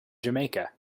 jamaica